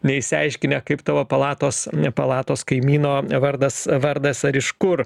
neišsiaiškinę kaip tavo palatos ne palatos kaimyno vardas vardas ar iš kur